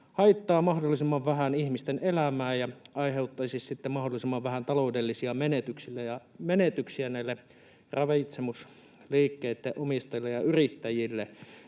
haittaa mahdollisimman vähän ihmisten elämää ja aiheuttaisi sitten mahdollisimman vähän taloudellisia menetyksiä näille ravitsemusliikkeitten omistajille ja yrittäjille.